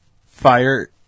fire